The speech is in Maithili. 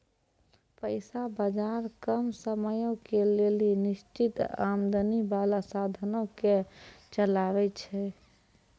पैसा बजार कम समयो के लेली निश्चित आमदनी बाला साधनो के चलाबै छै